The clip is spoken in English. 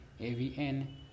AVN